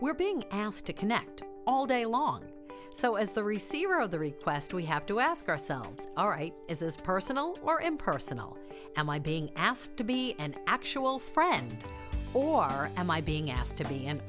we're being asked to connect all day long so as the receiver of the request we have to ask ourselves all right is this personal or impersonal am i being asked to be an actual friend or am i being asked to be an